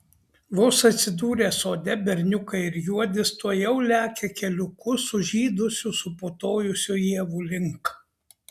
vos atsidūrę sode berniukai ir juodis tuojau lekia keliuku sužydusių suputojusių ievų link